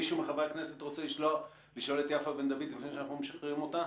מישהו מחברי הכנסת רוצה לשאול את יפה בן דוד לפני שאנחנו משחררים אותה?